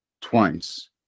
twice